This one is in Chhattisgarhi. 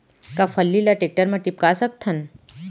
का फल्ली ल टेकटर म टिपका सकथन?